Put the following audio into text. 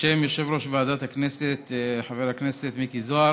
בשם יושב-ראש ועדת הכנסת, חבר הכנסת מיקי זוהר: